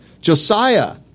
Josiah